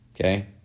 okay